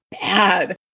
bad